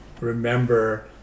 remember